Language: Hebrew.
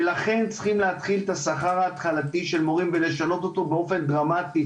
ולכן צריכים להתחיל את השכר ההתחלתי של מורים ולשנות אותו באופן דרמטי.